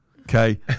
okay